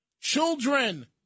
Children